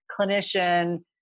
clinician